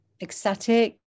ecstatic